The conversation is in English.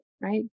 right